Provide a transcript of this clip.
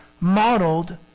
modeled